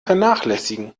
vernachlässigen